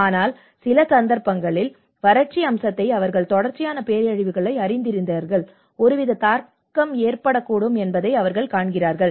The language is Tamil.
ஆனால் சில சந்தர்ப்பங்களில் வறட்சி அம்சத்தை அவர்கள் தொடர்ச்சியான பேரழிவுகளை அறிந்திருக்கிறார்கள் ஒருவித தாக்கம் ஏற்படக்கூடும் என்பதை அவர்கள் காண்கிறார்கள்